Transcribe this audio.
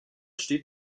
steht